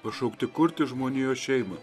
pašaukti kurti žmonijos šeimą